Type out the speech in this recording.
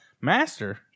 Master